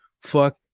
fuck